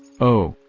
oh,